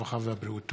הרווחה והבריאות.